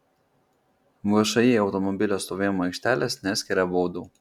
všį automobilių stovėjimo aikštelės neskiria baudų